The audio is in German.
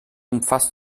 umfasst